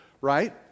right